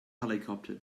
helicopter